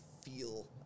feel